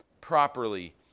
properly